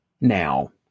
now